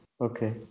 okay